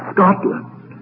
Scotland